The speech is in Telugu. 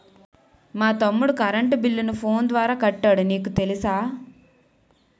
మా తమ్ముడు కరెంటు బిల్లును ఫోను ద్వారా కట్టాడు నీకు తెలుసా